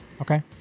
Okay